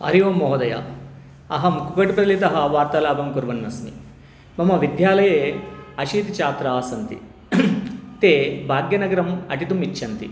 हरिः ओं महोदय अहं कुवट्पलितः वार्तालापं कुर्वन्नस्मि मम विद्यालये अशीतिछात्राः सन्ति ते भाग्यनगरम् अटितुमिच्छन्ति